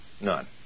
None